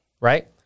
right